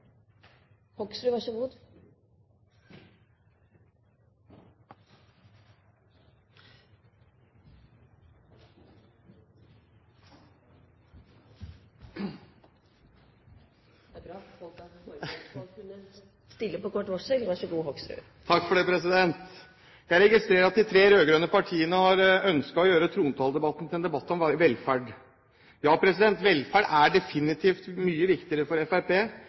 Takk for det, president! Jeg registrerer at de tre rød-grønne partiene har ønsket å gjøre trontaledebatten til en debatt om velferd. Ja, velferd er definitivt mye viktigere for